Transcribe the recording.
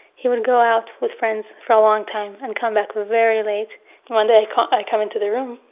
he would go out with friends for a long time and come back very late. and one day i come into the room,